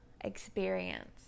experience